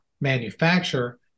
manufacture